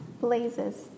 blazes